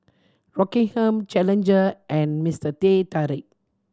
Rockingham Challenger and Mister Teh Tarik